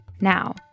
Now